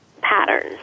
patterns